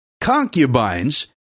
concubines